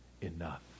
enough